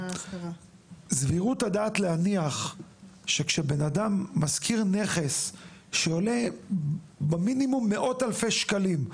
סבירות הדעת להניח שכשבנאדם משכיר נכס שעולה במינימום מאות אלפי שקלים,